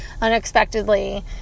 unexpectedly